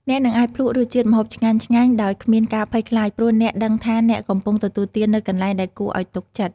អ្នកនឹងអាចភ្លក្សរសជាតិម្ហូបឆ្ងាញ់ៗដោយគ្មានការភ័យខ្លាច ព្រោះអ្នកដឹងថាអ្នកកំពុងទទួលទាននៅកន្លែងដែលគួរឱ្យទុកចិត្ត។